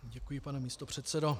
Děkuji, pane místopředsedo.